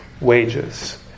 wages